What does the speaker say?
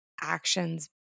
actions